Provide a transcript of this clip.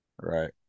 Right